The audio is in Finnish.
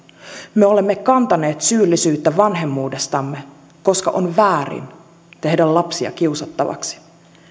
me olemme kantaneet syyllisyyttä vanhemmuudestamme koska on väärin tehdä lapsia kiusattavaksi